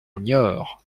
niort